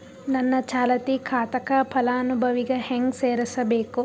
ನನ್ನ ಚಾಲತಿ ಖಾತಾಕ ಫಲಾನುಭವಿಗ ಹೆಂಗ್ ಸೇರಸಬೇಕು?